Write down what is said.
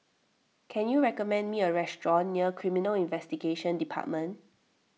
can you recommend me a restaurant near Criminal Investigation Department